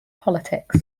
politics